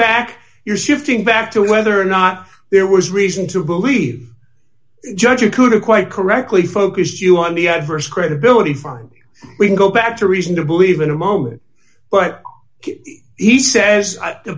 back you're shifting back to whether or not there was reason to believe judge you couldn't quite correctly focus you on the adverse credibility fine we can go back to reason to believe in a moment but he says the